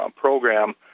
program